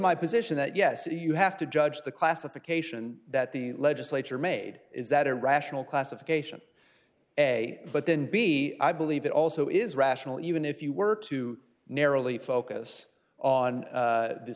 my position that yes you have to judge the classification that the legislature made is that a rational classification a but then b i believe it also is rational even if you were to narrowly focus on